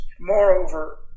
Moreover